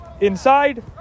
inside